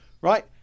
right